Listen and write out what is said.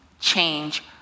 change